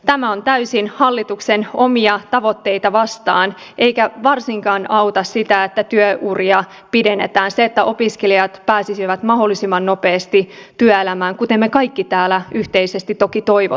tämä on täysin hallituksen omia tavoitteita vastaan eikä varsinkaan auta sitä että työuria pidennetään tai että opiskelijat pääsisivät mahdollisimman nopeasti työelämään kuten me kaikki täällä yhteisesti toki toivomme